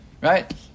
Right